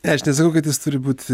ne aš nesakau kad jis turi būt